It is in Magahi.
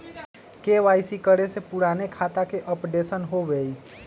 के.वाई.सी करें से पुराने खाता के अपडेशन होवेई?